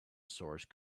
source